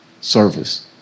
service